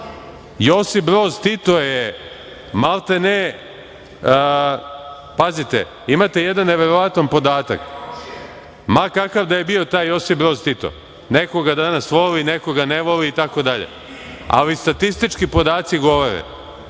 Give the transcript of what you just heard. Josip Brzo Tito je maltene… Pazite, imate jedan neverovatan podatak. Ma kakav da je bio taj Josip Broz Tito, neko ga danas voli, neko ga ne voli, itd. Ali statistički podaci govore